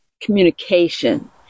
communication